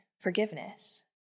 Forgiveness